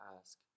ask